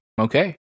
okay